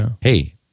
Hey